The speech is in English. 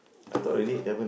to